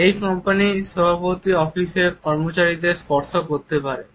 সুতরাং কোম্পানির সভাপতি অফিসের কর্মচারীদের স্পর্শ করতে পারে